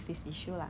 !wah!